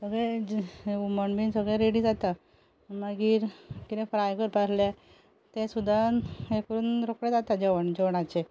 सगळें हुमण बीन सगळें रेडी जाता मागीर कितें फ्राय करपा आहल्यार तें सुद्दां हे करून रोखडें जाता जेवण जेवणाचें